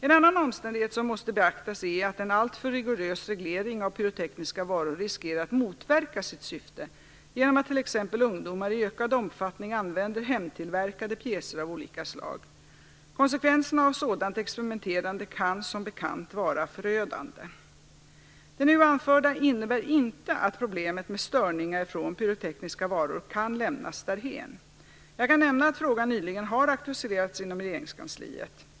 En annan omständighet som måste beaktas är att en alltför rigorös reglering av pyrotekniska varor riskerar att motverka sitt syfte, genom att t.ex. ungdomar i ökad omfattning använder hemtillverkade pjäser av olika slag. Konsekvenserna av sådant experimenterande kan som bekant vara förödande. Det nu anförda innebär inte att problemet med störningar från pyrotekniska varor kan lämnas därhän. Jag kan nämna att frågan nyligen har aktualiserats inom Regeringskansliet.